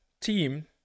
team